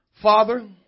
Father